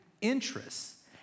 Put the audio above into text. interests